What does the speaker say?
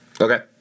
Okay